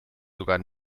sogar